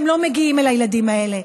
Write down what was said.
הן לא מגיעות אל הילדים האלה,